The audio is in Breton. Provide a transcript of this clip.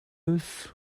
eus